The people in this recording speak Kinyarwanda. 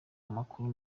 amakuru